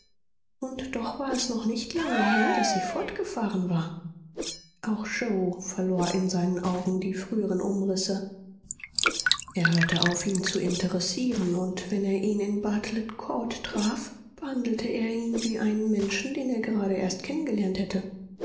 und doch war es noch nicht lange her daß sie fortgefahren war auch yoe verlor in seinen augen die früheren umrisse er hörte auf ihn zu interessieren und wenn er ihn in bartelet court traf behandelte er ihn wie einen menschen den er gerade erst kennen gelernt hätte